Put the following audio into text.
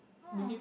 oh